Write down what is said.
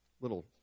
little